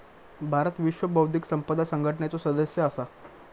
भारत विश्व बौध्दिक संपदा संघटनेचो सदस्य असा